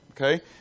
okay